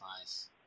nice